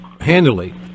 handily